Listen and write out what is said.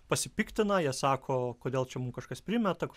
pasipiktina jie sako kodėl čia kažkas primeta